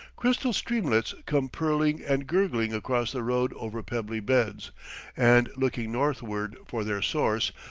crystal streamlets come purling and gurgling across the road over pebbly beds and, looking northward for their source,